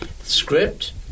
Script